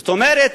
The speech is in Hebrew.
זאת אומרת,